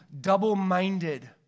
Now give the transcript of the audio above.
double-minded